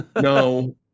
No